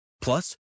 Plus